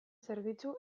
zerbitzu